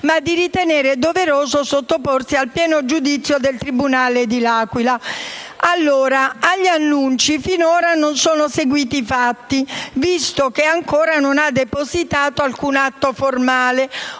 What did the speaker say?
ma di ritenere doveroso sottoporsi al pieno giudizio del tribunale di L'Aquila. Allora, agli annunci finora non sono seguito i fatti visto che ancora non ha depositato alcun atto formale.